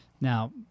Now